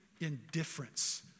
indifference